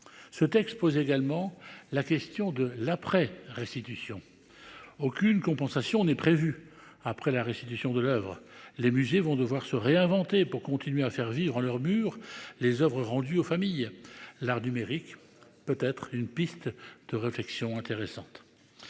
Ce texte pose également la question de l'après-restitution. Aucune compensation n'est prévue après la restitution de l'oeuvre. Les musées vont devoir se réinventer pour continuer à servir leurs murs les Oeuvres rendus aux familles. L'art numérique peut être une piste de réflexion intéressante.